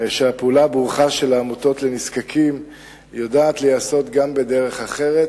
שהפעולה הברוכה של העמותות לנזקקים יודעת להיעשות גם בדרך אחרת,